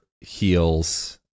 heals